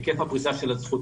היקף הפריסה של הזכות,